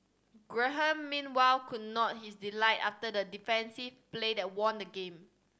Graham meanwhile could not his delight after the decisive play that won the game